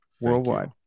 Worldwide